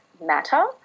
matter